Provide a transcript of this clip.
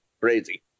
crazy